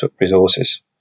resources